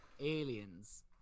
Aliens